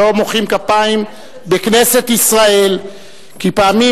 לא מוחאים כפיים בכנסת ישראל כי פעמים,